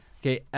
Okay